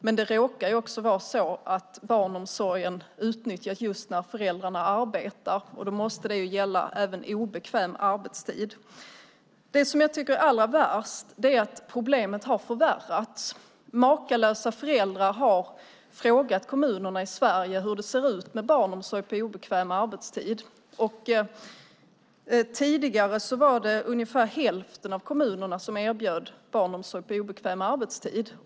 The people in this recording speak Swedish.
Men det råkar också vara så att barnomsorgen utnyttjas just när föräldrarna arbetar, och då måste den finnas även på obekväm arbetstid. Det som jag tycker är allra värst är att problemet har förvärrats. Makalösa föräldrar har frågat kommunerna i Sverige hur det ser ut med barnomsorg på obekväm arbetstid. Tidigare var det ungefär hälften av kommunerna som erbjöd barnomsorg på obekväm arbetstid.